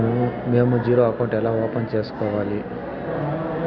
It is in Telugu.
మేము జీరో అకౌంట్ ఎలా ఓపెన్ సేసుకోవాలి